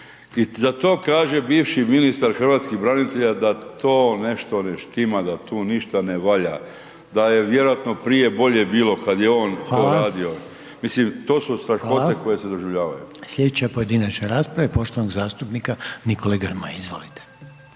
I za to kaže bivši ministar hrvatskih branitelja da to nešto ne štima da tu ništa ne valjda, da je vjerojatno prije bolje bilo kada je on to radio. Mislim to su strahote koje se doživljavaju. **Reiner, Željko (HDZ)** Hvala. Sljedeća pojedinačna rasprava je poštovanog zastupnika Nikole Grmoje, izvolite.